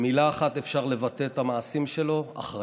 שבמילה אחת אפשר לבטא את המעשים שלו, אחריות.